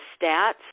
stats